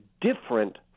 different